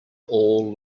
all